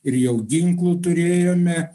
ir jau ginklų turėjome